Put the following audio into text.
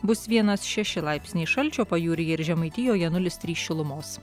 bus vienas šeši laipsniai šalčio pajūryje ir žemaitijoje nulis trys šilumos